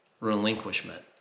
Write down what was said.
relinquishment